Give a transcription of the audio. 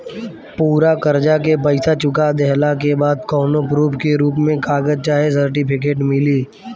पूरा कर्जा के पईसा चुका देहला के बाद कौनो प्रूफ के रूप में कागज चाहे सर्टिफिकेट मिली?